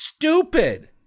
stupid